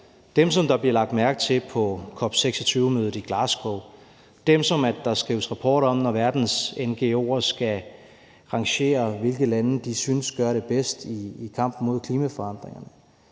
dem, som der blev lagt mærke til på COP26-mødet i Glasgow, dem, som der skrives rapporter om, når verdens ngo'er skal rangere, hvilke lande de synes gør det bedst i kampen mod klimaforandringerne,